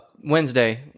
Wednesday